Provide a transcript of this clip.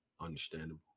Understandable